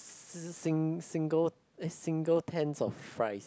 s~ s~ s~ sing~ single eh single tens of fries